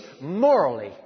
morally